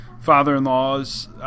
father-in-law's